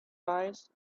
price